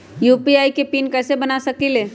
UPI के PIN कैसे बना सकीले?